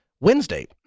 Wednesday